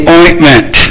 ointment